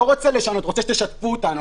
אני לא רוצה לשנות, אני רוצה שתערבו אותנו.